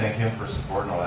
for supporting,